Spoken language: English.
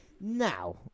Now